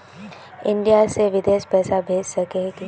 India से बिदेश पैसा भेज सके है की?